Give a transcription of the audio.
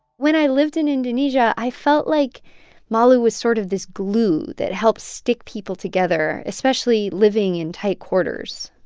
when i lived in indonesia, i felt like malu was sort of this glue that helped stick people together, especially living in tight quarters.